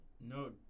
No